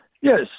Yes